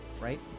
right